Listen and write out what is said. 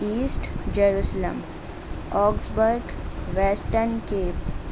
asset Jerusalem Augsburg Western cap